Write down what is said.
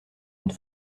une